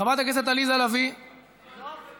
חברת הכנסת עליזה לביא, מוותרת,